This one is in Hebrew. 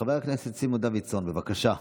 חבר הכנסת סימון דוידסון, בבקשה.